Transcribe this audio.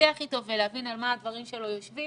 שיח איתו ולהבין על מה הדברים שלו יושבים,